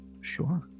Sure